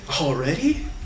already